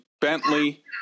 Bentley